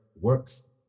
works